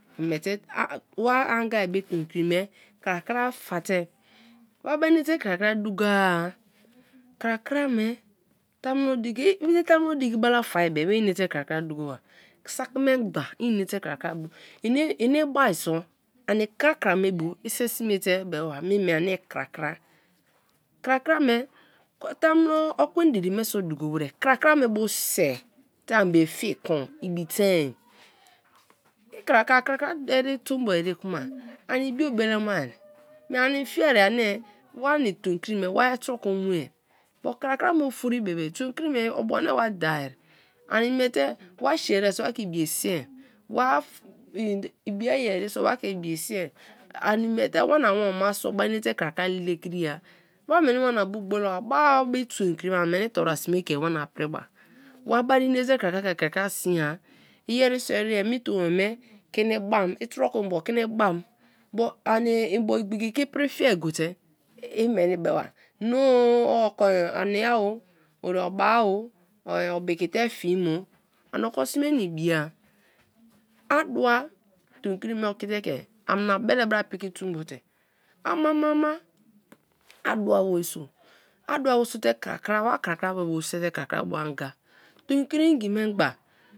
wa anga be tomkri me krakra fa tr, wa mainete kra kra dukoar krakra me i tamuno diki bele fa be be inete kra krai duko ba saki memgbe inete krakra dukoba ini ba so ani kra kra me bu i sei smete bie bie ba mie me ani krakra, krakra me tamuno ekwen diri meso duko wer kra kra me bu sei te an be fi kon ibitein i krakra tombo ere kima ani ibio be lemai ani fiena ani wani tomkri me wa troko mue but krakra me ofori bebe tomkri me obu ani iradaa wa shere so waka ibi e siai wa ibia aye are so wa ke ibiye siai ani miete wana woma so bai nete krakra le kri-a wameni wanabu gbola ba a bi tue kri ani meni to bra sme ke wani priba wa mai inete krakra ke krakra siai iyeriso ere me ton-o me kiri bam i tro ko ibu kini bam but mbo igbike kepriri fia gote imeni be ba no oko ani-o o bike te fia mo ani oko sme na ibia adua tomkri me okite ke ania belebra piki tugbon te, ama mama a dug wer so adua worso te krakra wa krukra me bu sie te wa krakra me bu anga, tomkri ngi memgba.